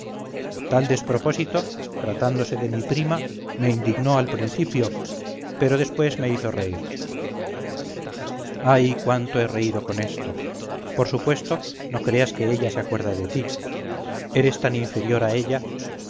tal despropósito tratándose de mi prima me indignó al principio pero después me hizo reír ay cuánto he reído con esto por supuesto no creas que ella se acuerda de ti eres tan inferior a ella